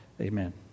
Amen